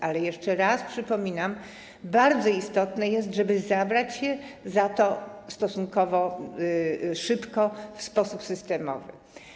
Ale jeszcze raz przypominam: Bardzo istotne jest, żeby zabrać się za to stosunkowo szybko w sposób systemowy.